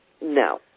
no